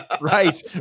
right